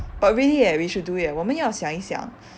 but really eh we should do it eh 我们要想一想